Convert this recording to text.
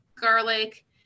garlic